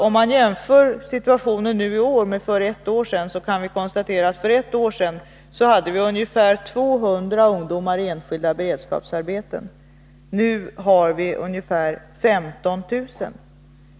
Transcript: Om vi jämför situationen för ett år sedan med läget i år, kan vi konstatera att vi för ett år sedan hade ungefär 200 ungdomar i enskilda beredskapsarbeten och att vi nu har ungefär 15 000.